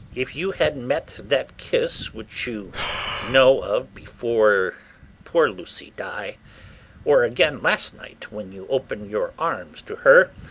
if you had met that kiss which you know of before poor lucy die or again, last night when you open your arms to her,